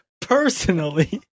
Personally